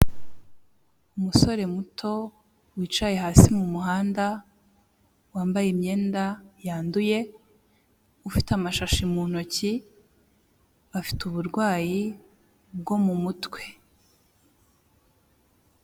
Umusore muto wicaye hasi mu muhanda, wambaye imyenda yanduye, ufite amashashi mu ntoki, afite uburwayi bwo mu mutwe.